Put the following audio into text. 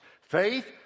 Faith